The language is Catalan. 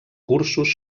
cursos